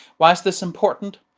why is this important?